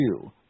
two